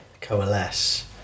coalesce